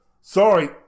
Sorry